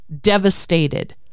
devastated